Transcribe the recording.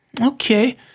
Okay